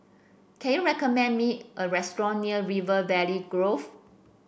can you recommend me a restaurant near River Valley Grove